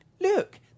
Look